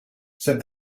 said